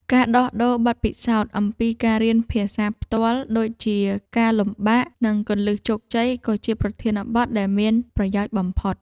ការដោះដូរបទពិសោធន៍អំពីការរៀនភាសាផ្ទាល់ ដូចជាការលំបាក និងគន្លឹះជោគជ័យ ក៏ជាប្រធានបទដែលមានប្រយោជន៍បំផុត។